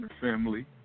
family